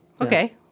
Okay